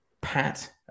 Pat